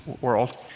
world